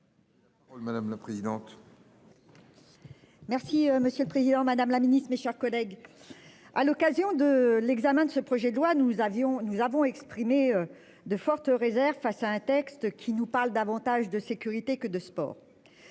madame la présidente.